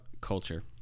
culture